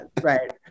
right